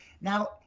Now